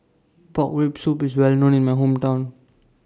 Pork Rib Soup IS Well known in My Hometown